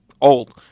old